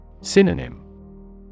Synonym